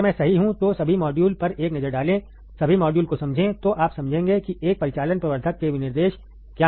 अगर मैं सही हूं तो सभी मॉड्यूल पर एक नज़र डालें सभी मॉड्यूल को समझें तो आप समझेंगे कि एक परिचालन प्रवर्धक के विनिर्देश क्या हैं